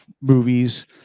movies